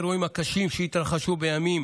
באירועים הקשים שהתרחשו בימים